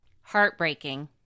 Heartbreaking